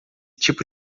tipo